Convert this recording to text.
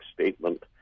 statement